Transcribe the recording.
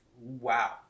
wow